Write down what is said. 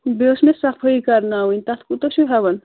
بیٚیہِ اوس مےٚ صفٲیی کَرناوٕنۍ تَتھ کوٗتاہ چھُو ہٮ۪وان